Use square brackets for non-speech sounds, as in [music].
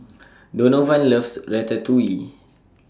[noise] Donovan loves Ratatouille